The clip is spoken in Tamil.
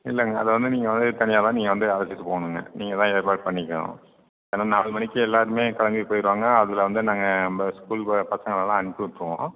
இல்லைங்க அது வந்து நீங்கள் வந்து தனியாக தான் நீங்கள் வந்து அழைச்சிட்டு போகணுங்க நீங்கள் தான் ஏற்பாடு பண்ணிக்கணும் ஏன்னா நாலு மணிக்கு எல்லோருமே கிளம்பி போயிடுவாங்க அதில் வந்து நாங்க நம்ம ஸ்கூல் பசங்களைலாம் அனுப்பி விட்ருவோம்